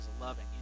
loving